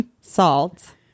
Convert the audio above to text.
Salt